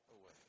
away